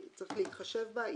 צריך להתחשב בה,